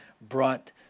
brought